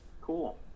Cool